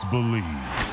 Believe